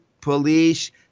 police